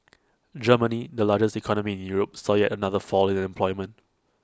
Germany the largest economy in Europe saw yet another fall in unemployment